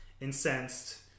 incensed